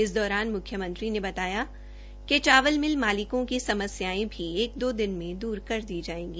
इस दौरान म्ख्यमंत्री ने बताया कि चावल मिल मालिकों की समस्यायें भी एक दो दिन में दूर कर दी जायेगी